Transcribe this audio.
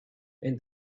and